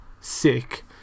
sick